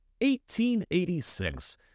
1886